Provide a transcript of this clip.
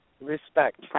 respect